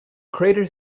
crater